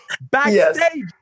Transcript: Backstage